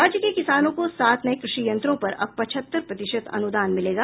राज्य के किसानों को सात नये कृषि यंत्रों पर अब पचहत्तर प्रतिशत अनुदान मिलेगा